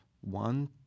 one